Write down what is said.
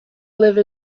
live